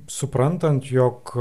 suprantant jog